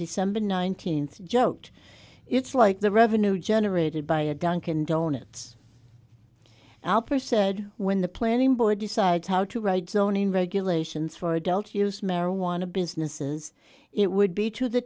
december nineteenth joked it's like the revenue generated by a dunkin donuts alper said when the planning board decides how to write zoning regulations for adult use marijuana businesses it would be to the